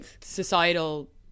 societal